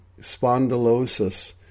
spondylosis